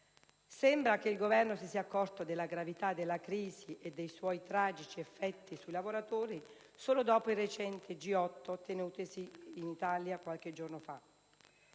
Sembra che il Governo si sia accorto della gravità della crisi e dei suoi tragici effetti sui lavoratori solo dopo il recente Vertice dei Ministri del lavoro del